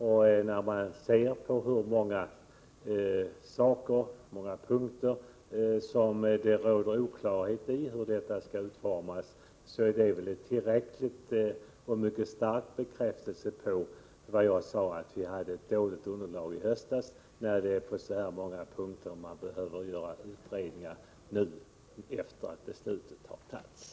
Där ser man att det på många punkter råder oklarhet om utformningen. Det är en tillräcklig och mycket stark bekräftelse på vad jag sade om att vi hade ett dåligt underlag i höstas, när man måste göra utredningar på så många punkter nu, efter det att beslutet har fattats.